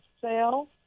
sale